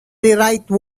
rewrite